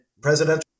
presidential